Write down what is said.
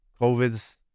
covid's